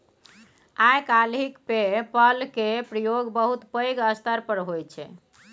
आइ काल्हि PayPal केर प्रयोग बहुत पैघ स्तर पर होइ छै